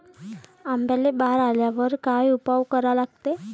आंब्याले बार आल्यावर काय उपाव करा लागते?